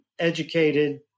Educated